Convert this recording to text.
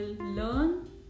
learn